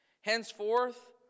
Henceforth